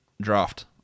draft